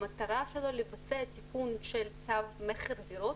שהמטרה שלו לבצע תיקון של תו מכר דירות,